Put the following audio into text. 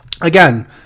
again